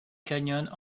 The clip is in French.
canyon